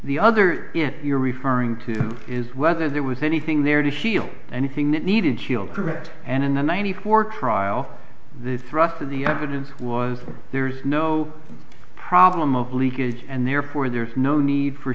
the other it you're referring to is whether there was anything there to shield anything that needed shield correct and in a ninety four trial the thrust of the evidence was there's no problem of leakage and therefore there's no need for